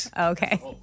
Okay